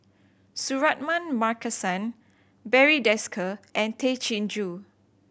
Suratman Markasan Barry Desker and Tay Chin Joo